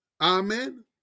amen